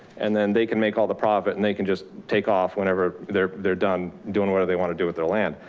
and then they can make all the profit and they can just take off whenever they're they're done doing whatever they want to do with their land.